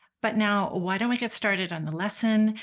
but now why don't we get started on the lesson.